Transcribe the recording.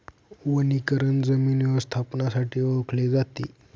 वनीकरण जमीन व्यवस्थापनासाठी ओळखले जाते